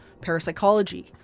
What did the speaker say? Parapsychology